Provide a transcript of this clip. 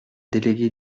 délégué